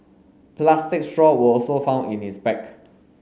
plastic straw were also found in his bag